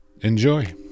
Enjoy